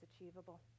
achievable